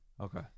Okay